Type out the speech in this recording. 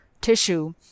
tissue